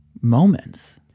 moments